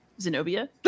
Zenobia